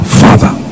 father